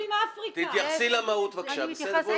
תתייחסי למהות בבקשה,